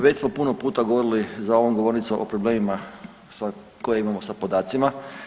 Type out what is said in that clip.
Već smo puno puta govorili za ovom govornicom o problemima koje imamo sa podacima.